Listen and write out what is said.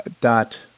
dot